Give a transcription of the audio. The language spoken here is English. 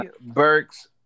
Burks